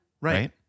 Right